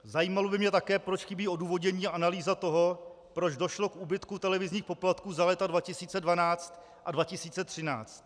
Zajímalo by mě také, proč chybí odůvodnění, analýza toho, proč došlo k úbytku televizních poplatků za léta 2012 a 2013.